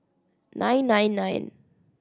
nine nine nine